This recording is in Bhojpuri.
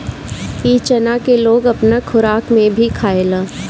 इ चना के लोग अपना खोराक में भी खायेला